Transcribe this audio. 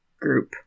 group